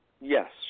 yes